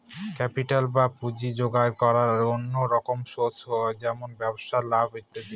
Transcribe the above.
capital বা পুঁজি জোগাড় করার অনেক রকম সোর্স হয় যেমন ব্যবসায় লাভ ইত্যাদি